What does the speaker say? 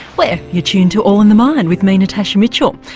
where you're tuned to all in the mind with me natasha mitchell,